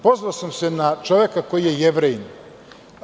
Pozvao sam se na čoveka koji je Jevrejin.